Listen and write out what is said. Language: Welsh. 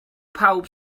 pawb